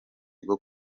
bwo